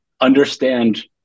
understand